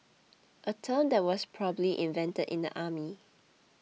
a term that was probably invented in the army